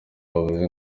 bavuze